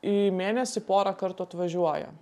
į mėnesį porą kartų atvažiuoja